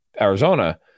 Arizona